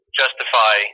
justify